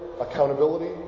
accountability